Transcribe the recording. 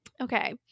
Okay